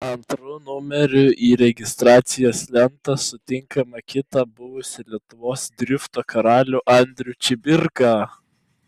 antru numeriu į registracijos lentą sutinkame kitą buvusį lietuvos drifto karalių andrių čibirką